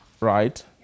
right